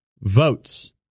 votes